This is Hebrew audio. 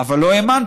אבל לא האמנתי.